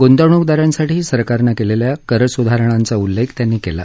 गुंतवणूकदारांसाठी सरकारने केलेल्या करसुधारणांचा उल्लेख त्यांनी केला